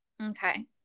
Okay